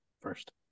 first